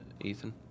Ethan